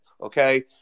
okay